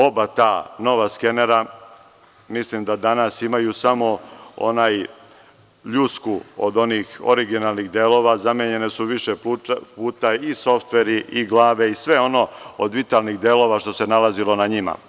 Oba ta nova skenera mislim da danas imaju samo ljusku od onih originalnih delova, zamenjeni su više puta i softveri i glave i sve ono što se od vitalnih delova nalazilo na njima.